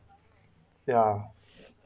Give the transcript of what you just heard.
ya